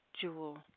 jewel